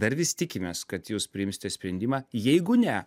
dar vis tikimės kad jūs priimsite sprendimą jeigu ne